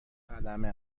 قلمه